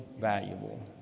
valuable